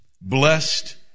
blessed